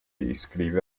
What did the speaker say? iscrive